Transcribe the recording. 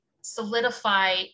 solidify